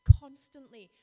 constantly